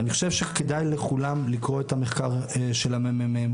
אני חושב שכדאי לכולם לקרוא את המחקר של הממ"מ,